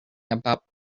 about